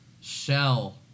shell